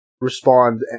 respond